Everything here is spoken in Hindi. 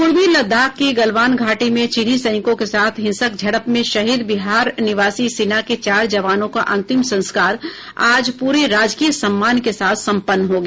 पूर्वी लद्दाख की गलवान घाटी में चीनी सैनिकों के साथ हिंसक झड़प में शहीद बिहार निवासी सेना के चार जवानों का अंतिम संस्कार आज पूरे राजकीय सम्मान के साथ सम्पन्न हो गया